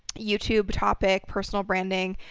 youtube topic, personal branding,